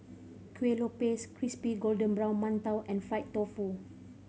Kueh Lupis crispy golden brown mantou and fried tofu